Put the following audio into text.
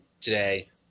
today